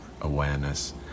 awareness